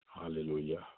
Hallelujah